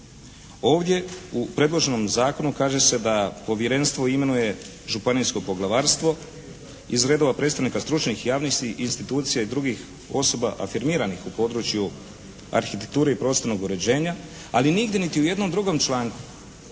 Ovdje u predloženom zakonu kaže se da povjerenstvo imenuje županijsko poglavarstvo iz redova predstavnika stručnih javnih institucija i drugih osoba afirmiranih u području arhitekture i prostornog uređenja, ali nigdje niti u jednom drugom članku